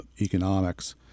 Economics